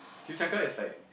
chimichanga is like